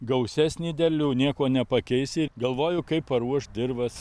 gausesnį derlių nieko nepakeisi galvoju kaip paruošt dirvas